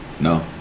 No